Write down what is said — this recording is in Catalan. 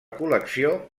col·lecció